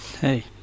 Hey